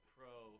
pro